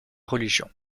religion